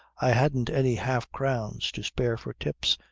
i hadn't any half-crowns to spare for tips,